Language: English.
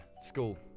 school